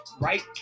right